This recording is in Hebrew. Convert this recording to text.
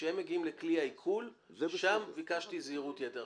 כשהם מגיעים לכלי העיקול שם ביקשתי זהירות יתר.